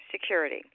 security